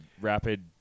rapid